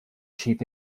chief